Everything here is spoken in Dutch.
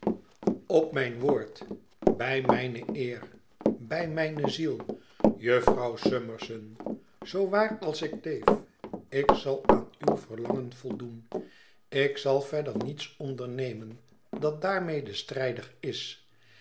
op mijn woord bij mijne eer bij mijne ziel i jufvrouw summerson zoo waar als ik leef ik zal aan uw verlangen voldoen ik zal verder niets ondernemen dat daarmede strijdig is